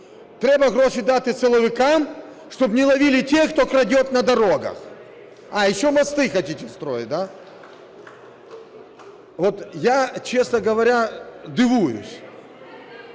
треба гроші дати силовикам, щоб не ловили тех, кто крадет на дорогах. А, еще мосты хотите строить, да? Вот я, честно говоря, дивуюсь.